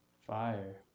fire